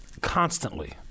constantly